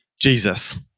Jesus